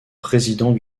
président